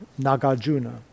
Nagarjuna